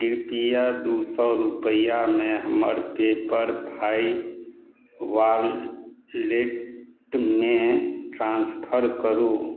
कृपया दू सए रूपैआ मे हमर पेपर फाइ वॉलेटमे ट्रांसफर करू